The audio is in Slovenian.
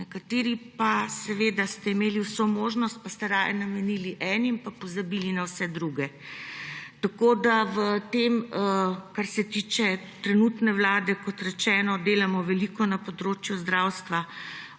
Nekateri pa ste imeli vso možnost pa ste raje namenili enim in pozabili na vse druge. Kar se tiče trenutne vlade, kot rečeno, delamo veliko na področju zdravstva,